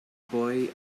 boy